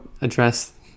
address